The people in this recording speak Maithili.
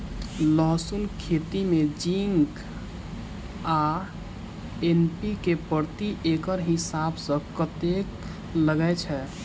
लहसून खेती मे जिंक आ एन.पी.के प्रति एकड़ हिसाब सँ कतेक लागै छै?